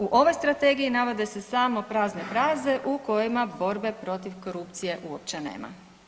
U ovoj strategiji navode se samo prazne fraze u kojima borbe protiv korupcije uopće nema.